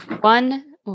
one